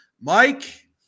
Mike